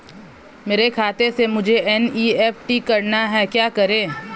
मेरे खाते से मुझे एन.ई.एफ.टी करना है क्या करें?